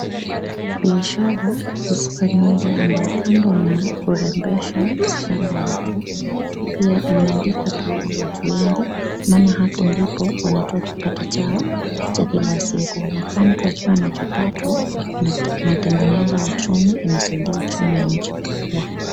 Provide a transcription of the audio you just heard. Biashara ya kusuka nywele ambao kando na kurembesha wasichana wetu, pia imeandika kazi watu wengi maana hapo ndipo wanatoa kipato chao cha kila siku. Na kila mtu akiwa na kipato inatengeneza uchumi inasaidia uchumi wa nchi kukua.